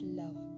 love